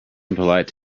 impolite